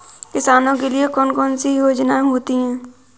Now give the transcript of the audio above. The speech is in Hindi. किसानों के लिए कौन कौन सी योजनायें होती हैं?